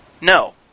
No